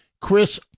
Chris